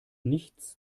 nichts